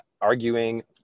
arguing